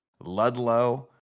ludlow